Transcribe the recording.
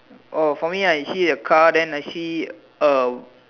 oh for me I see a car then I see a